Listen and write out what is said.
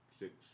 six